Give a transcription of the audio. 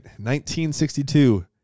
1962